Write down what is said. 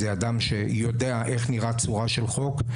זה אדם שיודע איך נראית צורה של חוק.